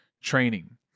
training